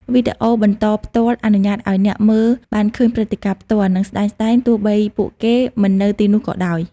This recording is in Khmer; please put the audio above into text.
វីដេអូបន្តផ្ទាល់អនុញ្ញាតឱ្យអ្នកមើលបានឃើញព្រឹត្តិការណ៍ផ្ទាល់ និងស្ដែងៗ ទោះបីពួកគេមិននៅទីនោះក៏ដោយ។